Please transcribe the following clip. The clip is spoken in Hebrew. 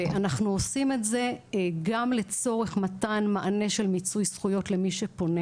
ואנחנו עושים את זה גם לצורך מתן מענה של מיצוי זכויות למי שפונה